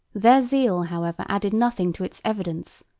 their zeal, however, added nothing to its evidence,